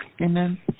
Amen